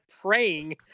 praying